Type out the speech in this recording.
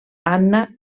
anna